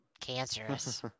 cancerous